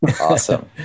Awesome